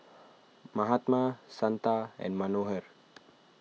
Mahatma Santha and Manohar